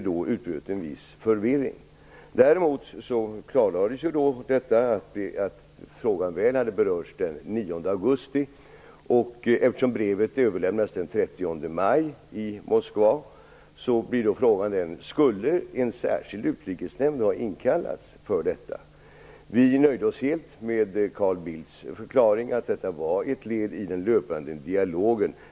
Däremot klarlades det att frågan väl hade berörts den 9 augusti. Moskva blir frågan följande: Skulle en särskild utrikesnämnd ha inkallats för detta? Vi nöjde oss helt med Carl Bildts förklaring att brevet var ett led i den löpande dialogen.